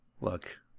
look